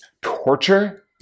torture